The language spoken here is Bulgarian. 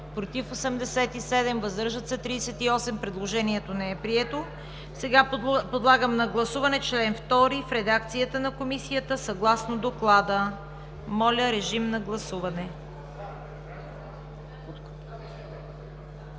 против 80, въздържали се 117. Предложението не е прието. Подлагам на гласуване член 15 в редакцията на Комисията, съгласно Доклада. Моля, режим на гласуване.